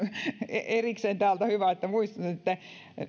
erikseen täältä hyvä että muistutitte